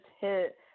hit